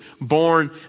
born